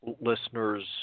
listeners